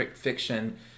fiction